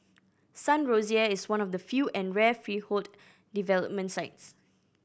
Sun Rosier is one of the few and rare freehold development sites